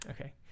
Okay